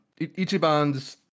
ichiban's